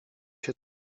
się